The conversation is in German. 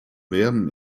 werden